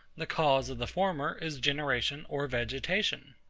the cause of the former is generation or vegetation.